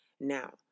Now